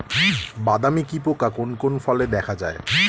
বাদামি কি পোকা কোন কোন ফলে দেখা যায়?